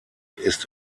ist